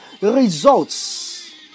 Results